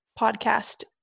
podcast